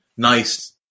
Nice